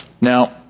Now